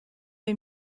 bei